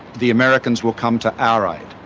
the americans will come to our aid.